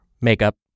makeup